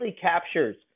captures